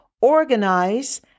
organize